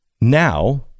Now